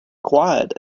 quiet